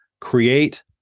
create